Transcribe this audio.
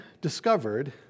discovered